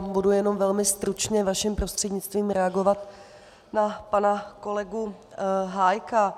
Budu jenom velmi stručně vaším prostřednictvím reagovat na pana kolegu Hájka.